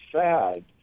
sad